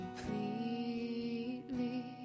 completely